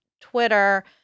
Twitter